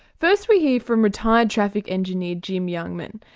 first we hear from retired traffic engineer jim youngman.